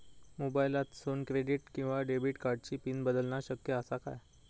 मोबाईलातसून क्रेडिट किवा डेबिट कार्डची पिन बदलना शक्य आसा काय?